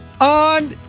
On